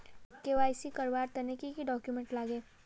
KYC करवार तने की की डॉक्यूमेंट लागे?